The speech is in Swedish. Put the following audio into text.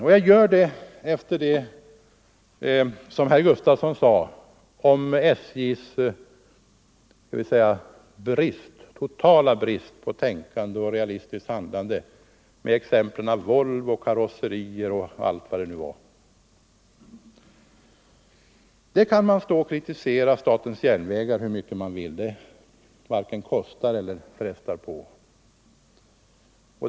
Och jag gör det efter vad herr Gustafson i Göteborg sade om SJ:s totala brist på tänkande och realistiskt handlande som han exemplifierade med Volvos karosserier och allt vad det nu var. Man kan kritisera statens järnvägar hur mycket man vill — det varken kostar eller frestar på.